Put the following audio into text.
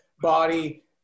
body